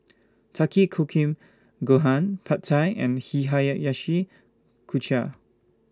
Takikomi Gohan Pad Thai and Hihayayashi Chuka